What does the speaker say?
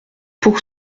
pour